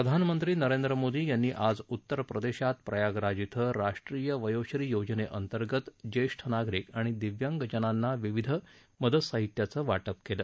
प्रधानमंत्री नरेंद्र मोदी यांनी आज उत्तर प्रदेशात प्रयागराज क्रि राष्ट्रीय वयोश्री योजनेअंतर्गत ज्येष्ठ नागरिक आणि दिव्यांगजनांना विविध मदत साहित्याचं वाटप केलं